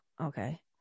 Okay